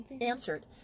answered